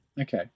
Okay